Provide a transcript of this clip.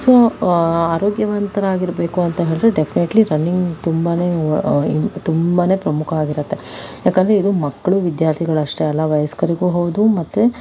so ಆರೋಗ್ಯವಂತರಾಗಿರಬೇಕು ಅಂತ ಹೇಳದ್ರೆ ಡೆಫ್ನೆಟ್ಲಿ ರನ್ನಿಂಗ್ ತುಂಬಾನೆ ಇ ತುಂಬಾನೆ ಪ್ರಮುಖವಾಗಿರತ್ತೆ ಯಾಕೆಂದರೆ ಇದು ಮಕ್ಕಳು ವಿದ್ಯಾರ್ಥಿಗಳು ಅಷ್ಟೇ ಅಲ್ಲ ವಯಸ್ಕರಿಗೂ ಹೌದು ಮತ್ತೆ